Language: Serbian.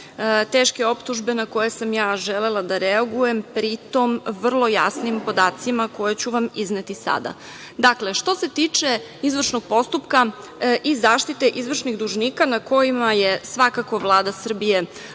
teške optužbe na koje sam ja želela da reagujem, pri tom vrlo jasnim podacima koje ću vam izneti sada. Što se tiče izvršnog postupka i zaštite izvršnih dužnika na kojima je svakako Vlada Srbije